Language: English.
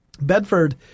Bedford